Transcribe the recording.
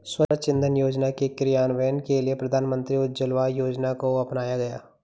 स्वच्छ इंधन योजना के क्रियान्वयन के लिए प्रधानमंत्री उज्ज्वला योजना को अपनाया गया